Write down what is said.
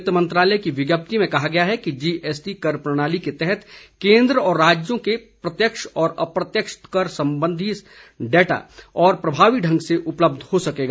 वित्तमंत्रालय की विज्ञप्ति में कहा गया है कि जीएसटी कर प्रणाली के तहत केन्द्र और राज्यों के प्रत्यक्ष और अप्रत्यक्ष कर संग्रह संबंधी डाटा और प्रभावी ढंग से उपलब्ध हो सकेगा